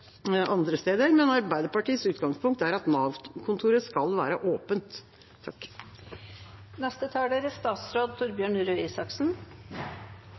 andre steder, men Arbeiderpartiets utgangspunkt er at Nav-kontoret skal være åpent.